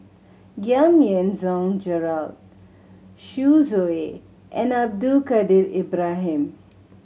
Giam Yean Song Gerald Yu Zhuye and Abdul Kadir Ibrahim